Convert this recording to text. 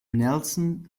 nelson